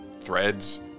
Threads